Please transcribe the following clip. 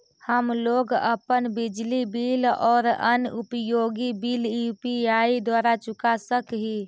हम लोग अपन बिजली बिल और अन्य उपयोगि बिल यू.पी.आई द्वारा चुका सक ही